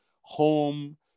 home